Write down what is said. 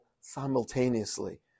simultaneously